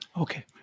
Okay